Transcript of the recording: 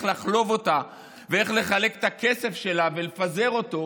לחלוב אותה ואיך לחלק את הכסף שלה ולפזר אותו,